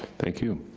thank you.